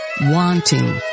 wanting